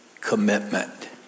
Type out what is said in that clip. commitment